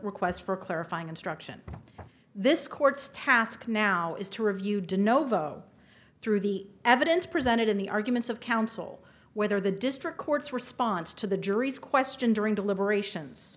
request for clarifying instruction this court's task now is to review did novo through the evidence presented in the arguments of counsel whether the district court's response to the jury's question during deliberations